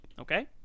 Okay